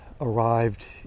arrived